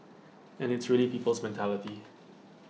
and it's really people's mentality